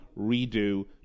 redo